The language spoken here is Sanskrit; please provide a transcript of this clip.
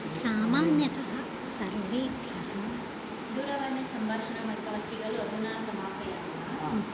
सामान्यतः सर्वेभ्यः दूरवाणीसम्भाषणमेकमस्ति खलु अधुना समापयामः